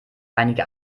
einige